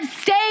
stay